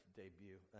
debut